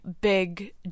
big